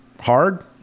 hard